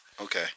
Okay